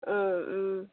অঁ